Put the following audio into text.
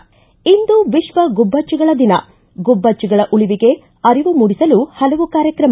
ಿ ಇಂದು ವಿಶ್ವ ಗುಬ್ಬಚ್ಚಿಗಳ ದಿನ ಗುಬ್ಬಚ್ಚಿಗಳ ಉಳಿವಿಗೆ ಅರಿವು ಮೂಡಿಸಲು ಹಲವು ಕಾರ್ಯಕ್ರಮ